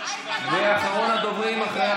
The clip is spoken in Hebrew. ואחרון הדוברים אחריה,